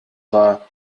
war